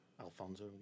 Alfonso